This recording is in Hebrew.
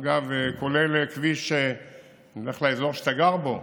אגב, נלך לאזור שאתה גר בו,